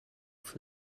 for